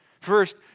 First